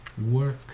work